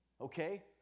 Okay